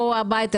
בואו הביתה,